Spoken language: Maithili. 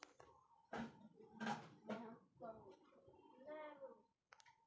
भारत मं मुख्यतः सेमल, बांगो आरो आक के रूई होय छै